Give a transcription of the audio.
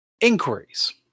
inquiries